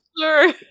sure